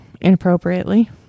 inappropriately